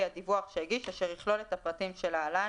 הדיווח שהגיש אשר יכלול את הפרטים שלהלן: